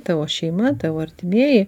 tavo šeima tavo artimieji